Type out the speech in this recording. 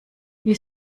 wie